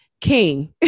king